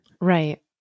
right